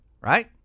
right